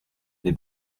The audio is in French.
des